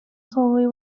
slowly